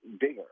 bigger